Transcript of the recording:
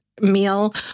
meal